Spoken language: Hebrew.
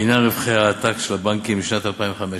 בעניין רווחי העתק של הבנקים לשנת 2015: